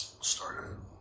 Started